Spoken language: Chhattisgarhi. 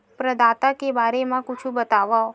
प्रदाता के बारे मा कुछु बतावव?